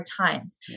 times